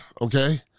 okay